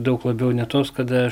daug labiau ne tos kada aš